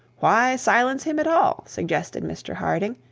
why silence him at all, suggested mr harding.